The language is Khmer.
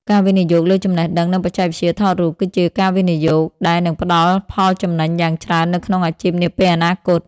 ការវិនិយោគលើចំណេះដឹង និងបច្ចេកវិទ្យាថតរូប គឺជាការវិនិយោគដែលនឹងផ្តល់ផលចំណេញយ៉ាងច្រើននៅក្នុងអាជីពនាពេលអនាគត។